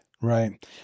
right